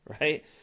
right